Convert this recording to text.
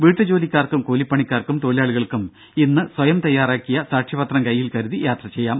വീട്ടുജോലിക്കാർക്കും കൂലിപ്പണിക്കാർക്കും തൊഴിലാളികൾക്കും ഇന്ന് സ്വയം തയ്യാറാക്കിയ സാക്ഷ്യപത്രം കയ്യിൽ കരുതി യാത്ര ചെയ്യാം